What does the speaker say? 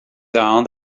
down